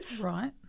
Right